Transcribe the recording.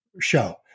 show